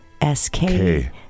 S-K